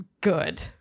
good